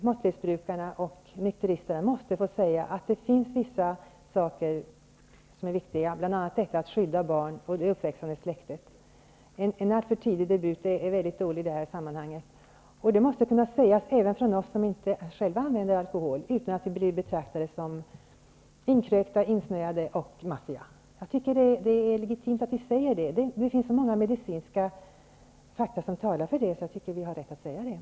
Måttlighetsbrukarna och nykteristerna måste få säga att det finns vissa saker som är viktiga, bl.a. att skydda det uppväxande släktet. En alltför tidig alkoholdebut är inte bra i dessa sammanhang. Det här måste kunna sägas även av oss som inte brukar alkohol utan att vi blir betraktade som inkrökta, insnöade och maffia. Det är legitimt att vi säger detta. Det finns många medicinska fakta som talar för att vi har rätt att säga detta.